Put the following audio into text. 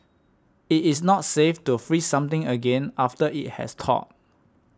it is not safe to freeze something again after it has thawed